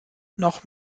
noch